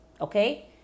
okay